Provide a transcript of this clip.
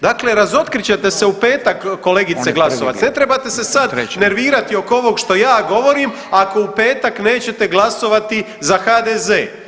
Dakle razotkrit ćete se u petak kolegice Glasovac, ne trebate se sad nervirati oko ovog što ja govorim ako u petak nećete glasovati za HDZ.